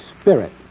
spirit